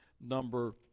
number